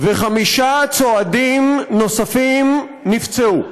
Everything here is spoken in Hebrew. חמישה צועדים נוספים נפצעו.